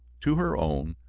to her own,